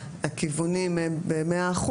הכיוונים הם ב-100%,